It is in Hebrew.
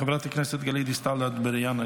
חברת הכנסת גלית דיסטל אטבריאן,